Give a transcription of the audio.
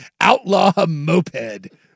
Outlaw-moped